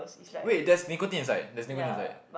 wait there's Nicotine inside there's Nicotine inside